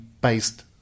based